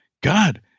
God